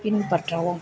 பின்பற்றவும்